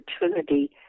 opportunity